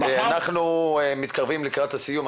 אנחנו מתקרבים לסיום.